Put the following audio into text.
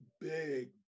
big